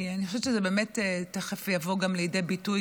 כי אני חושבת שזה באמת תכף יבוא לידי ביטוי